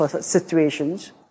situations